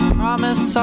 promise